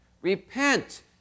Repent